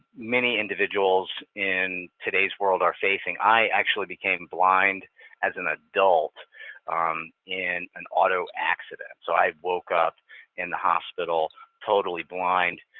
many individuals in today's world are facing. i actually became blind as an adult in an auto accident. so i woke up in the hospital totally blind.